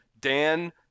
Dan